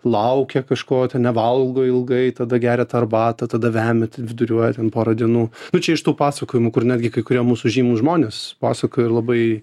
laukia kažko ten nevalgo ilgai tada geria tą arbatą tada vemia ten viduriuoja ten porą dienų nu čia iš tų pasakojimų kur netgi kai kurie mūsų žymūs žmonės pasakojo ir labai